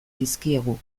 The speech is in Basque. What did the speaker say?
dizkiegu